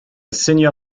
senior